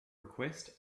request